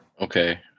okay